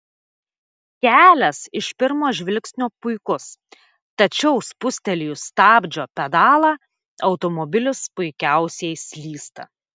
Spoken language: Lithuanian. kelias iš pirmo žvilgsnio puikus tačiau spustelėjus stabdžio pedalą automobilis puikiausiai slysta